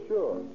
Sure